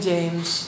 James